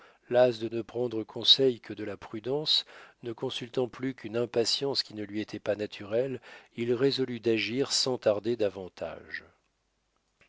las de ne prendre conseil que de la prudence ne consultant plus qu'une impatience qui ne lui était pas naturelle il résolut d'agir sans tarder davantage